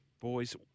Boys